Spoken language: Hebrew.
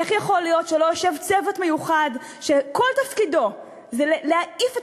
איך יכול להיות שלא יושב צוות מיוחד שכל תפקידו להעיף את